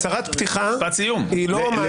עמית, הצהרת פתיחה היא לא מענה לדו-שיח.